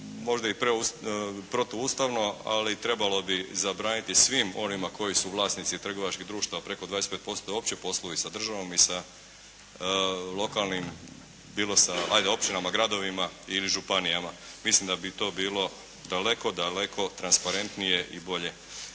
Možda i protuustavno, ali trebalo bi zabraniti svim onima koji su vlasnici trgovačkih društava preko 25% te opći poslovi sa državom i sa lokalnim, bilo sa općinama, gradovima ili županijama. Mislim da bi to bilo daleko, daleko transparentnije i bolje.